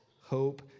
hope